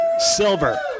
silver